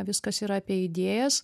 viskas yra apie idėjas